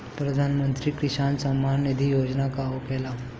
प्रधानमंत्री किसान सम्मान निधि योजना का होखेला?